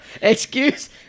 Excuse